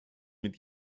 mit